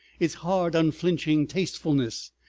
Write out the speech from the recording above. its hard unflinching tastefulness,